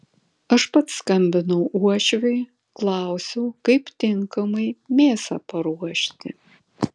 aš pats skambinau uošviui klausiau kaip tinkamai mėsą paruošti